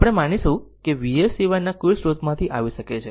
આપણે માનીશું કે જે Vs સિવાયના કોઈ સ્રોતમાંથી આવી શકે છે